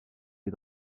les